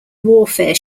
warfare